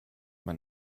man